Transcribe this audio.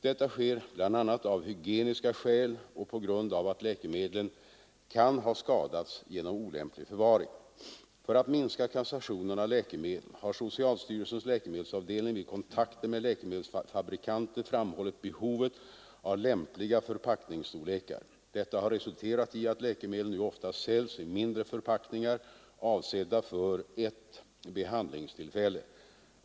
Detta sker bl.a. av hygieniska skäl och på grund av att läkemedlen kan ha skadats genom olämplig förvaring. För att minska kassationen av läkemedel har socialstyrelsens läkemedelsavdelning vid kontakter med läkemedelsfabrikanter framhållit behovet av lämpliga förpackningsstorlekar. Detta har resulterat i att läkemedel nu ofta säljs i mindre förpackningar, avsedda för ett behandlingstillfälle.